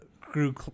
grew